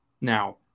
Now